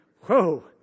Whoa